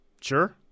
Sure